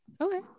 okay